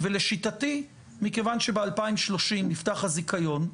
ולשיטתי מכיוון שב-2030 נפתח הזיכיון,